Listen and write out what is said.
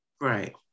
Right